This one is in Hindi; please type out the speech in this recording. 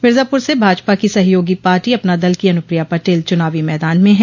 मिर्जापुर से भाजपा की सहयोगी पार्टी अपना दल की अनुप्रिया पटेल चुनावी मैदान में हैं